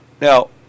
Now